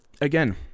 again